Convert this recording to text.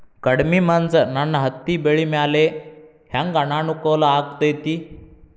ಕಡಮಿ ಮಂಜ್ ನನ್ ಹತ್ತಿಬೆಳಿ ಮ್ಯಾಲೆ ಹೆಂಗ್ ಅನಾನುಕೂಲ ಆಗ್ತೆತಿ?